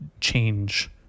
change